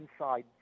inside